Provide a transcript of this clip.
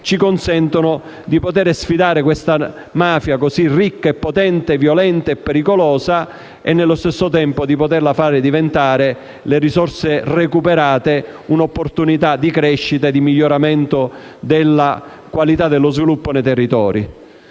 ci consentono di sfidare questa mafia ricca, potente, violenta e pericolosa e nello stesso tempo di far diventare le risorse recuperate un'opportunità di crescita e di miglioramento della qualità dello sviluppo dei territori.